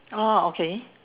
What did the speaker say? oh okay